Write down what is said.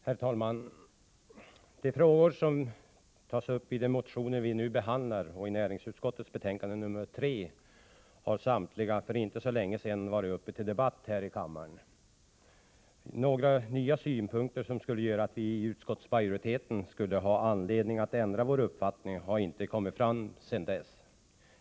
Herr talman! De frågor som tas upp i de motioner vi nu behandlar och i näringsutskottets betänkande nr 3 har samtliga, för inte så länge sedan, varit uppe till debatt här i kammaren. Några nya synpunkter, som skulle göra att vi i utskottsmajoriteten skulle ha anledning att ändra vår uppfattning, har inte kommit fram sedan dess.